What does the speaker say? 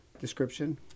description